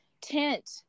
tent